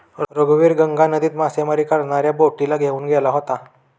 रघुवीर गंगा नदीत मासेमारी करणाऱ्या बोटीला घेऊन गेला होता